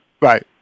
right